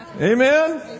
Amen